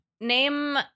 Name